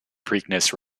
preakness